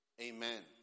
Amen